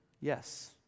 Yes